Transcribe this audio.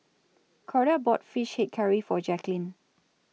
Corda bought Fish Head Curry For Jaqueline